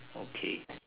okay